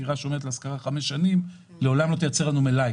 דירה שעומדת להשכרה לחמש שנים לעולם לא תייצר לנו מלאי,